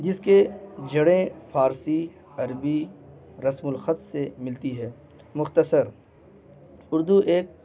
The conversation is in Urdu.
جس کے جڑیں فارسی عربی رسم الخط سے ملتی ہے مختصر اردو ایک